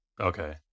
Okay